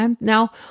Now